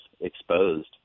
exposed